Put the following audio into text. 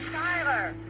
tyler,